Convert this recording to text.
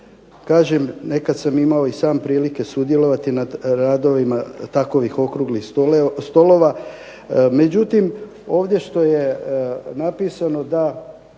Kažem, nekad sam imao i sam prilike sudjelovati nad radovima takovih okruglih stolova, međutim ovdje što je napisano da